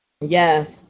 Yes